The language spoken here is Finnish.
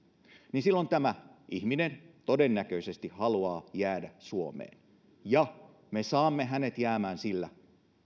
niin silloin tämä ihminen todennäköisesti haluaa jäädä suomeen me saamme hänet jäämään sillä